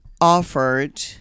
offered